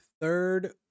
third